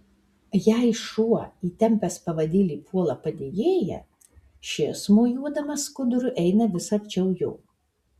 jei šuo įtempęs pavadėlį puola padėjėją šis mojuodamas skuduru eina vis arčiau jo